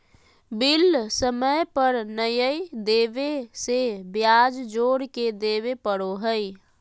bill समय पर नयय देबे से ब्याज जोर के देबे पड़ो हइ